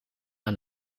aan